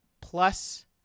Plus